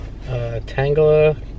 Tangela